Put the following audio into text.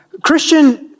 Christian